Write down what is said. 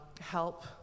Help